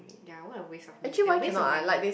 ya what a waste of meat and waste of money